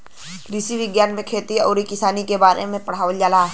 कृषि विज्ञान में खेती आउर किसानी के बारे में पढ़ावल जाला